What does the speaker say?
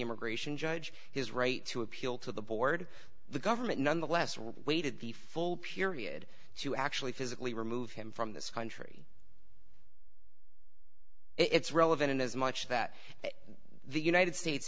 immigration judge his right to appeal to the board the government nonetheless we're waiting the full period to actually physically remove him from this country it's relevant in as much that the united states